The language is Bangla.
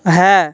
হ্যাঁ